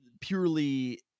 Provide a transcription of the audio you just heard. purely